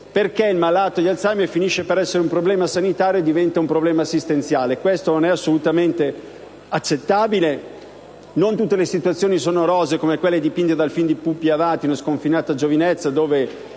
perché il malato di Alzheimer finisce di essere un problema sanitario e diventa un problema assistenziale: questo non è assolutamente accettabile. Non tutte le situazioni sono rosee come quella dipinta dal film di Pupi Avati «Una sconfinata giovinezza», dove